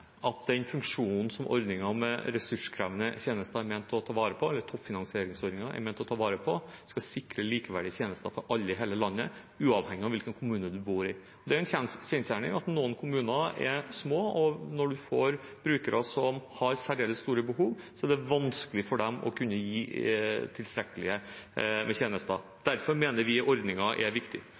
ut den bekymringen, noe jeg også redegjorde for i mitt innlegg. Ordningen for ressurskrevende tjenester, eller toppfinansieringsordningen, er ment å ta vare på og sikre likeverdige tjenester for alle i hele landet, uavhengig av hvilken kommunen man bor i. Det er en kjensgjerning at noen kommuner er små, og når de får brukere som har særdeles store behov, er det vanskelig for dem å kunne gi tilstrekkelige tjenester. Derfor mener vi ordningen er viktig.